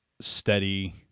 steady